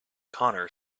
connor